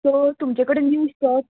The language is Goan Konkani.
सो तुमचे कडेन न्यू स्टॉक